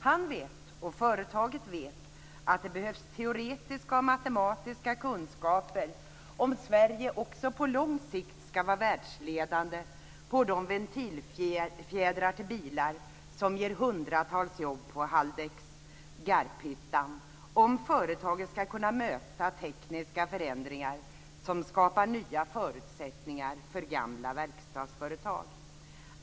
Han vet, och företaget vet, att det behövs teoretiska och matematiska kunskaper om Sverige också på lång sikt ska vara världsledande på de ventilfjädrar till bilar som ger hundratals jobb på Haldex Garphyttan, om företaget ska kunna möta tekniska förändringar som skapar nya förutsättningar för gamla verkstadsföretag.